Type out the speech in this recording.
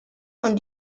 und